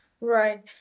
Right